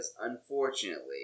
unfortunately